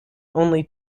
only